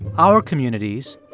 our communities,